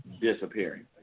Disappearing